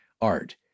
Art